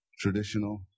traditional